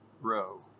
row